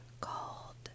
called